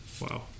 Wow